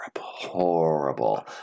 Horrible